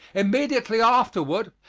immediately afterward,